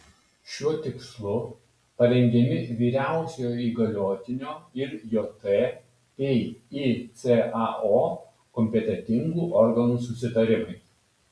šiuo tikslu parengiami vyriausiojo įgaliotinio ir jt bei icao kompetentingų organų susitarimai